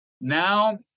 Now